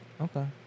Okay